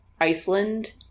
Iceland